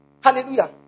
Hallelujah